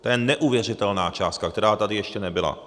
To je neuvěřitelná částka, která tady ještě nebyla.